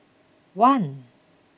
one